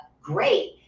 great